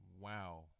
Wow